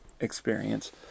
experience